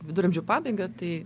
viduramžių pabaigą tai